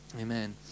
Amen